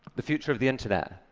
the future of the internet.